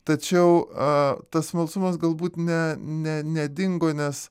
tačiau a tas smalsumas galbūt ne ne nedingo nes